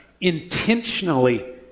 intentionally